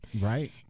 Right